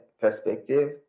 perspective